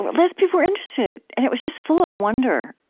less people were interested. and it was just full of wonder.